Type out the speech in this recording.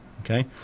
Okay